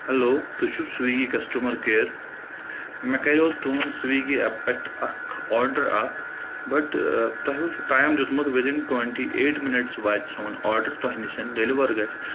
hello تُہۍ چھُو Swiggy customer care مےٚ کَرِیو تُہُنٛد سوِگِی اَیپہِ پؠٹھ اَکھ آرڈر اَکھ بَٹ تۄہہِ اوسو ٹایِم دیُتمُت وِدِن ٹُوینٹی اَیٹ مِنٹٕس واتہِ سون آرڈر تۄہہِ نِش ڈیلِوَر گژھِ